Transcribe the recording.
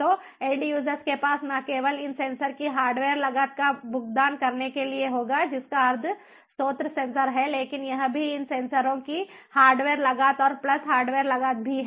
तो end users के पास न केवल इन सेंसर की हार्डवेयर लागत का भुगतान करने के लिए होगा जिसका अर्थ स्रोत सेंसर है लेकिन यह भी इन सेंसरों की हार्डवेयर लागत और प्लस हार्डवेयर लागत भी है